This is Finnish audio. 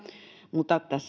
mutta tässä